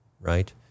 right